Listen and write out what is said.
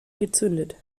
gezündet